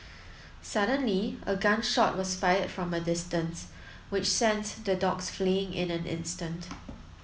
suddenly a gun shot was fired from a distance which sends the dogs fleeing in an instant